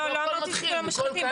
לא, לא אמרתי שכולם מושחתים.